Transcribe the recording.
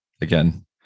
again